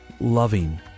loving